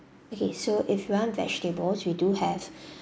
okay so if you want vegetables we do have